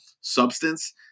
substance